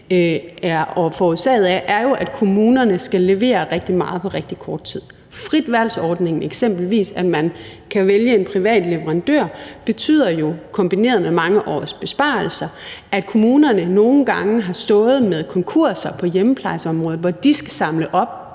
jo forårsaget af, at kommunerne skal levere rigtig meget på rigtig kort tid. Eksempelvis betyder fritvalgsordningen, hvor man kan vælge en privat leverandør, kombineret med mange års besparelser, at kommunerne nogle gange har stået med konkurser på hjemmeplejeområdet, hvor de skal samle